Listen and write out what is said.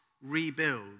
rebuild